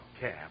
cab